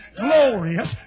glorious